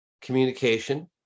communication